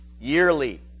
yearly